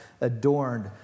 adorned